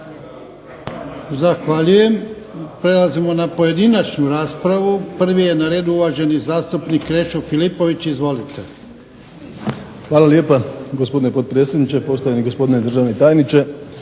Zahvaljujem. Prelazimo na pojedinačnu raspravu. Prvi je na redu uvaženi zastupnik Krešo Filipović. Izvolite. **Filipović, Krešo (HDZ)** Hvala lijepa gospodine potpredsjedniče, poštovani gospodine državni tajniče,